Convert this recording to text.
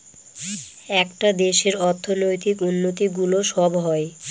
একটা দেশের অর্থনৈতিক উন্নতি গুলো সব হয়